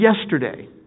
yesterday